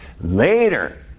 Later